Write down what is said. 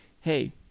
Hey